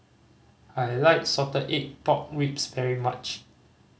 I like salted egg pork ribs very much